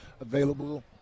available